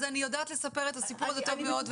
אז אני יודעת לספר את הסיפור הזה טוב מאוד.